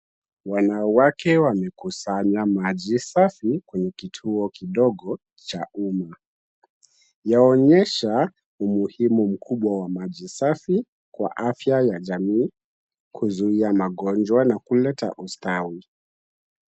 Wanawake wamekusanya maji safi kwenye kituo kidogo cha umma. Yaonyesha umuhimu mkubwa wa maji safi kwa afya ya jamii, kuzuia magonjwa na kuleta ustawi.